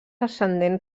ascendent